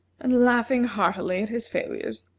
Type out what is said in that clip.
and laughing heartily at his failures.